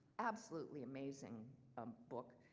absolutely amazing um book.